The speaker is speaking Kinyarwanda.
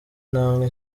intambwe